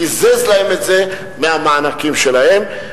קיזז להן את זה מהמענקים שלהן,